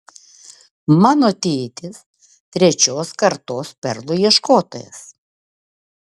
mano tėtis trečios kartos perlų ieškotojas